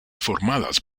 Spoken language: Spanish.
formadas